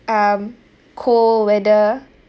um cold weather